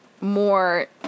more